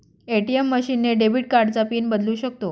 ATM machine ने debit कार्डचा PIN बदलू शकतो